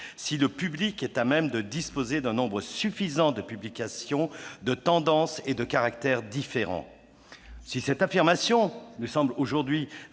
si le public est à même de disposer d'un nombre suffisant de publications de tendances et de caractères différents ». Si cette affirmation nous semble aujourd'hui